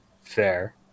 Fair